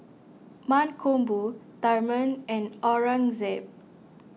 Mankombu Tharman and Aurangzeb